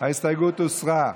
ההסתייגות הוסרה.